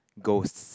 ghosts